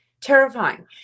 terrifying